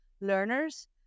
learners